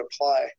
apply